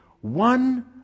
one